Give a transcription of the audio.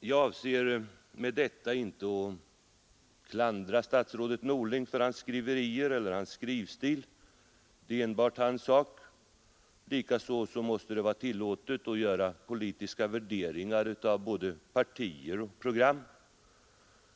Jag avser med detta inte att klandra statsrådet Norling för hans skriverier eller hans skrivstil — det är enbart hans sak. Likaså måste det vara tillåtet att göra politiska värderingar av både partier och program.